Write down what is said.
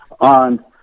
on